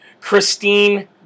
Christine